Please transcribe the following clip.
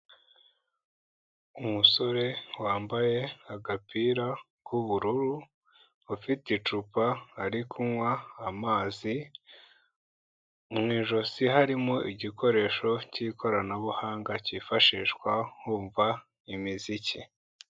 Umusore wambaye agapira k'ubururu, ufite icupa ari kunywa amazi, mu ijosi harimo igikoresho cy'ikoranabuhanga cyifashishwa bumva imiziki.